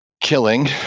killing